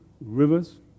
rivers